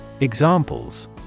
Examples